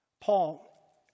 Paul